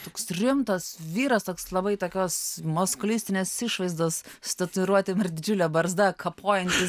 toks rimtas vyras toks labai tokios maskulistinės išvaizdos su tatuiruotėm ir didžiule barzda kapojantis